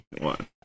one